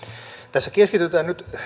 tässä keskitytään nyt